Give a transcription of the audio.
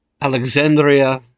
Alexandria